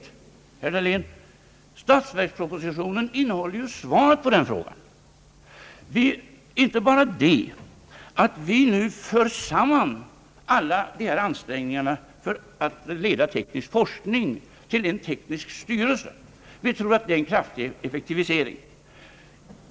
Men, herr Dahlén, statsverkspropositionen innehåller ju svar på den frågan. Inte bara att vi nu för samman alla dessa ansträngningar för att leda teknisk forskning till en teknisk styrelse. Vi tror att det är en kraftig ef fektivisering.